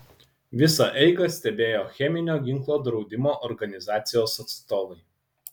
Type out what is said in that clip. visą eigą stebėjo cheminio ginklo draudimo organizacijos atstovai